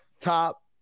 top